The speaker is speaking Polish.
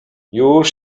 już